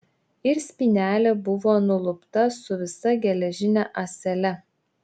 ir spynelė buvo nulupta su visa geležine ąsele